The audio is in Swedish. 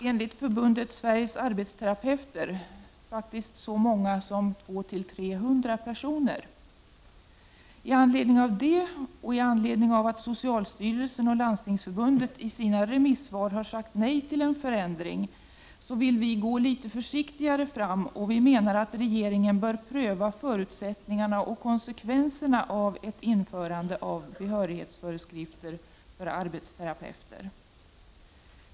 Enligt Förbundet Sveriges arbetsterapeuter är det så många som 200-300 personer. I anledning av det och av att socialstyrelsen och Landstingsförbundet i remissvar har sagt nej till en förändring, vill vi gå försiktigare fram och menar att regeringen bör pröva förutsättningarna och konsekvenserna av ett införande av behörighetsföreskrifter för arbetsterapeuter.